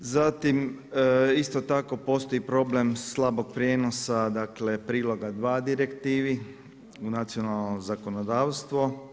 Zatim isto tako postoji problem slabog prijenosa, dakle priloga 2 direktivi u nacionalno zakonodavstvo.